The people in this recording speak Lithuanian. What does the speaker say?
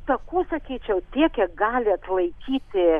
takų sakyčiau tiek kiek gali atlaikyti